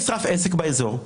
נשרף עסק באזור.